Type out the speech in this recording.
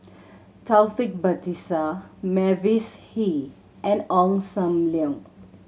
Taufik Batisah Mavis Hee and Ong Sam Leong